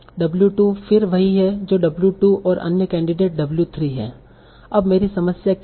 W 2 फिर वही है जो W 2 और अन्य कैंडिडेट W 3 हैं अब मेरी समस्या क्या है